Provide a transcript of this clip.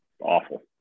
awful